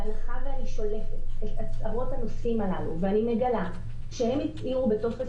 בהנחה ואני שולפת את הצהרות הנוסעים הללו ואני מגלה שהם הצהירו בטופס